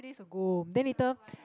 few days ago then later